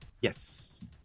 Yes